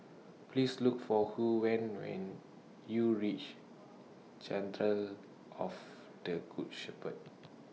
Please Look For Huy when YOU REACH of The Good Shepherd